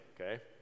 Okay